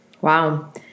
Wow